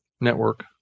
network